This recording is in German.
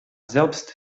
selbst